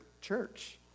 church